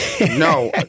no